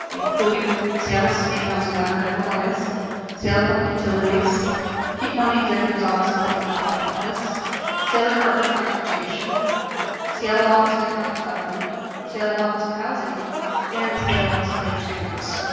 including seattle city councilmember debora juarez seattle public utilities king county executive's office and public health office seattle department of transportation seattle office of economic development seattle office of housing and the seattle office of labor standards.